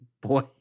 boy